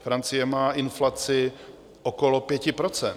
Francie má inflaci okolo 5 %.